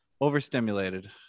overstimulated